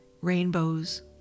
Rainbows